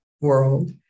world